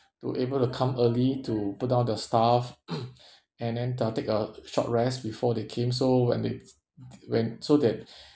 to able to come early to put down the stuff and then uh take a short rest before they came so when they s~ when so that